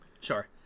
Sure